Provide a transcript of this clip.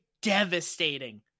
devastating